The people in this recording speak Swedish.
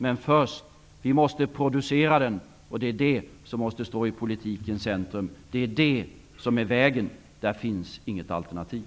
Men först måste vi producera välfärden, och det är detta som måste stå i politikens centrum. Det är detta som är vägen. Där finns inget alternativ.